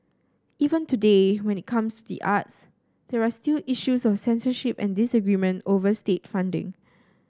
even today when it comes to the arts there are still issues of censorship and disagreement over state funding